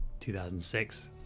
2006